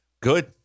Good